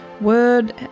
word